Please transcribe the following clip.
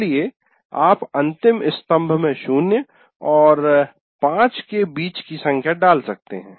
इसलिए आप अंतिम स्तम्भ में 0 और 5 के बीच की संख्या डाल सकते हैं